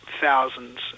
thousands